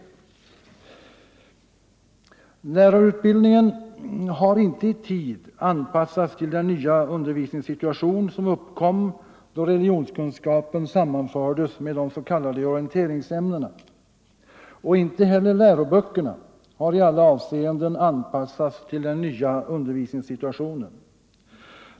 = ställning på Lärarutbildningen har inte i tid anpassats till den nya undervisningsgrundskolans situation som uppkom då religionskunskapen sammanfördes med de s.k. mellanstadium orienteringsämnena, och inte heller läroböckerna har i alla avseenden anpassats till den nya undervisningssituationen.